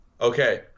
Okay